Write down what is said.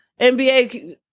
NBA